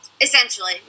Essentially